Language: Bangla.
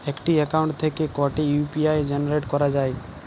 একটি অ্যাকাউন্ট থেকে কটি ইউ.পি.আই জেনারেট করা যায়?